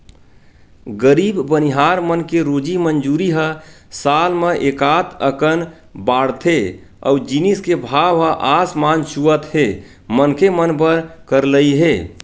गरीब बनिहार मन के रोजी मंजूरी ह साल म एकात अकन बाड़थे अउ जिनिस के भाव ह आसमान छूवत हे मनखे मन बर करलई हे